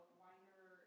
wider